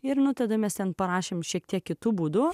ir nuo tada mes parašėme šiek tiek kitu būdu